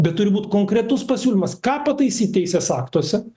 bet turi būt konkretus pasiūlymas ką pataisyt teisės aktuose